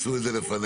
עשו את זה לפניך.